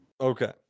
Okay